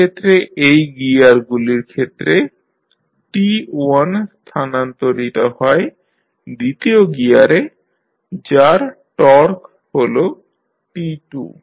এক্ষেত্রে এই গিয়ারগুলির ক্ষেত্রে T1 স্থানান্তরিত হয় দ্বিতীয় গিয়ারে যার টর্ক হল T2